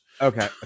Okay